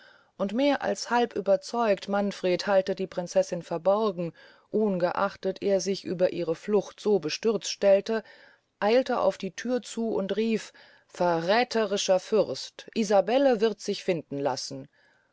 und mehr als halb überzeugt manfred halte die prinzessin verborgen ohngeachtet er sich über ihre flucht so bestürzt stellte eilte auf die thür zu und rief verrätherischer fürst isabelle wird sich finden lassen